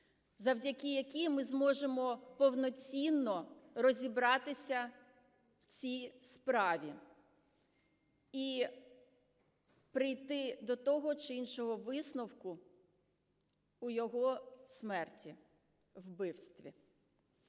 завдяки якій ми зможемо повноцінно розібратися в цій справі і прийти до того чи іншого висновку у його смерті, вбивстві.